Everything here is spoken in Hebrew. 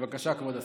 בבקשה, כבוד השר.